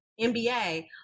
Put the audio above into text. NBA